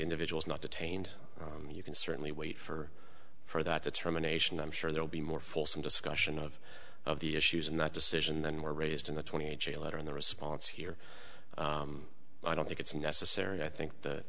individuals not detained you can certainly wait for for that determination i'm sure there will be more fulsome discussion of of the issues in that decision than were raised in the twenty a j letter and the response here i don't think it's necessary i think that